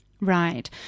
right